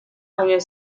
año